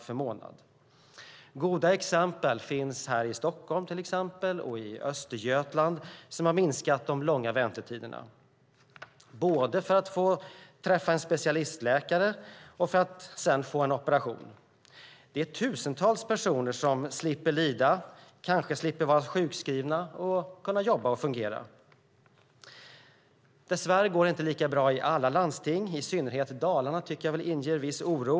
Det finns goda exempel här i Stockholm och i Östergötland. Där har man minskat de långa väntetiderna både för att få träffa en specialistläkare och för att sedan få en operation. Det är tusentals personer som slipper lida, kanske slipper vara sjukskrivna och kan jobba och fungera. Dess värre går det inte lika bra i alla landsting. I synnerhet tycker jag att Dalarna inger viss oro.